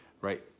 right